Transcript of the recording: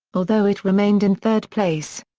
although it remained in third place.